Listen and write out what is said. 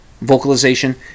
vocalization